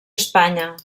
espanya